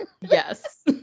Yes